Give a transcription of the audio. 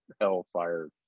Hellfire